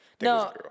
No